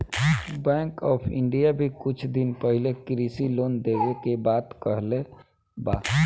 bank of India भी कुछ दिन पाहिले कृषि लोन देवे के बात कहले बा